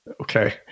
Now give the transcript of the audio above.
Okay